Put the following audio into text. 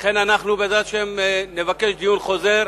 לכן אנחנו, בעזרת השם, נבקש דיון חוזר,